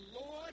Lord